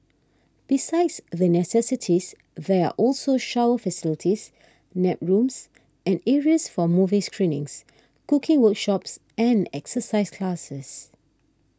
besides the necessities there are also shower facilities nap rooms and areas for movie screenings cooking workshops and exercise classes